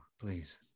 please